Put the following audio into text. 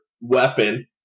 weapon